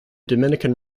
dominican